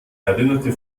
erinnerte